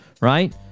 right